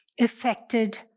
affected